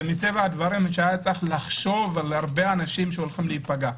ומטבע הדבר מי שהיה צריך לחשוב על הרבה אנשים שהולכים להיפגע,